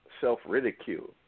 self-ridicule